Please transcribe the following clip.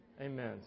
Amen